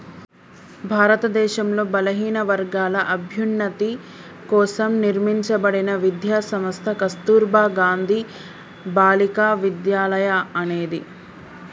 భారతదేశంలో బలహీనవర్గాల అభ్యున్నతి కోసం నిర్మింపబడిన విద్యా సంస్థ కస్తుర్బా గాంధీ బాలికా విద్యాలయ అనేది